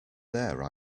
there